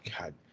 God